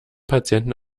patienten